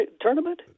tournament